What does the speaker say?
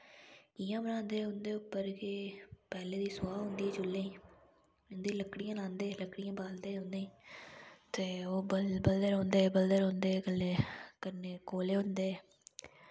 इ'यां बनांदे उं'दे उप्पर के पैह्लें दी सोआ होंदी चुल्लें उं'दे च लकड़ियां लांदे लकड़ियां बालदे उं'दे च ते ओह् बलदे रौंह्दे बलदे रौंह्दे कल्ले कन्नै कोले होंदे